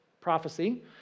prophecy